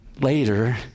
later